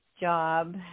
job